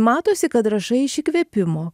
matosi kad rašai iš įkvėpimo